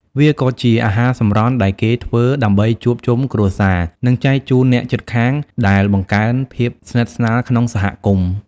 វាក៏ជាអាហារសម្រន់ដែលគេធ្វើដើម្បីជួបជុំគ្រួសារ និងចែកជូនអ្នកជិតខាង ដែលបង្កើនភាពស្និទ្ធស្នាលក្នុងសហគមន៍។